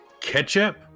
Ketchup